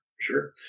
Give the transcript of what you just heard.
sure